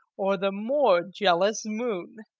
or the more jealous moon.